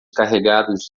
carregados